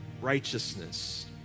righteousness